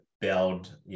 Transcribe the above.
build